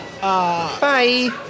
bye